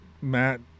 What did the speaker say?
Matt